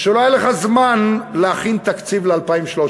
שלא היה לך זמן להכין תקציב ל-2013.